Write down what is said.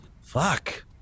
fuck